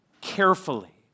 carefully